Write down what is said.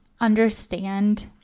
understand